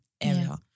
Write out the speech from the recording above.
area